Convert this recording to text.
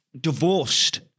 divorced